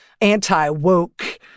anti-woke